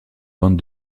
bande